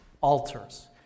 Altars